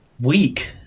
week